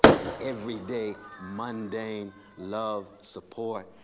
the everyday, mundane love, support,